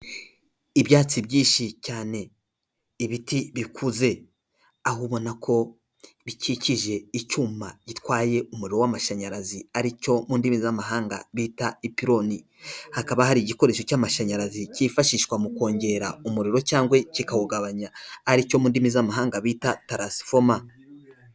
Ibyatsi byinshi cyane, ibiti bikuze, aho ubona ko bikikije icyuma gitwaye umuriro w'amashanyarazi ari cyo mu ndimi z'amahanga bita ipironi. Hakaba hari igikoresho cy'amashanyarazi cyifashishwa mu kongera umuriro cyangwa kikawugabanya aricyo mu ndimi z'amahanga bita transifoma.